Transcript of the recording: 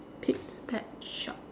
pete's pet shop